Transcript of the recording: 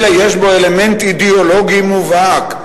אלא יש בו אלמנט אידיאולוגי מובהק,